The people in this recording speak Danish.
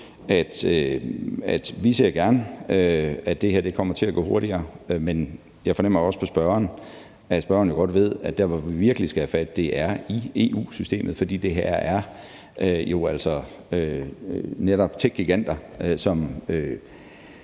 at vi gerne ser, at det her kommer til at gå hurtigere, men jeg fornemmer også på spørgeren, at spørgeren jo godt ved, at der, hvor vi virkelig skal have fat, er i EU-systemet, for det her er jo altså netop techgiganter, som,